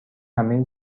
همه